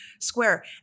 square